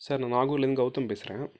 sir நான் நாகூர்லேருந்து கௌதம் பேசுகிறேன்